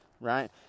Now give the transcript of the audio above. right